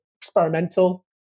experimental